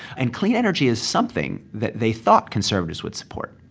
and clean energy is something that they thought conservatives would support.